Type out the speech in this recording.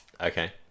Okay